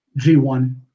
G1